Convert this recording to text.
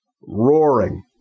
roaring